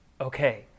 okay